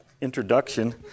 introduction